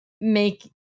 make